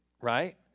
right